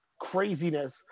craziness